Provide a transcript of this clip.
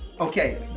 Okay